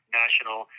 national